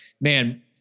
man